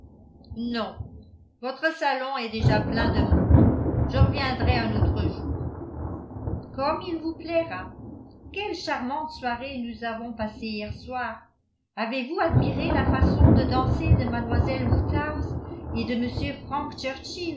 non votre salon est déjà plein de monde je reviendrai un autre jour comme il vous plaira quelle charmante soirée nous avons passée hier soir avez-vous admiré la façon de danser de mlle woodhouse et de m frank